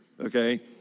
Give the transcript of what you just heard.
okay